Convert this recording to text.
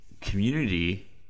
community